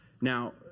Now